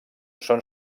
són